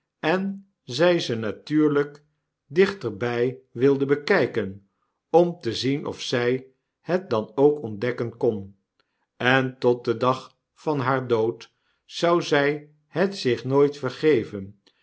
en zij ze natuurlyk dichterby wilde bekyken om te zien of zy het dan ook ontdekken kon en tot den dag van haar dood zou zy het zich nooit vergeven